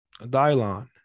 Dylon